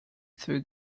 through